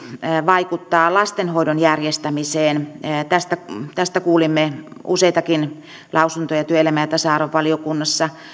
vaikuttaa lastenhoidon järjestämiseen tästä tästä kuulimme useitakin lausuntoja työelämä ja tasa arvovaliokunnassa